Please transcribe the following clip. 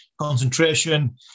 Concentration